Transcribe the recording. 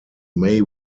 may